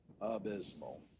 abysmal